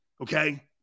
Okay